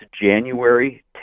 January